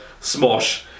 smosh